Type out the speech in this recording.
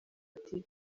ati